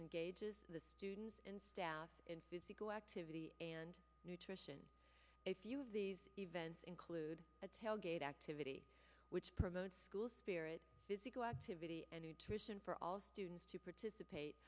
engages the students and staff in physical activity and nutrition a few of these events include a tailgate activity which promotes school spirit physical activity and nutrition for all students to participate